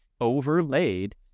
overlaid